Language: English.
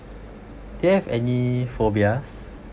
do you have any phobias